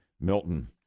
Milton